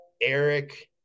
Eric